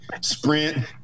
Sprint